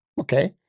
Okay